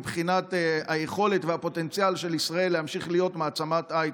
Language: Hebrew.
מבחינת היכולת והפוטנציאל של ישראל להמשיך להיות מעצמת הייטק.